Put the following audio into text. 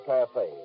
Cafe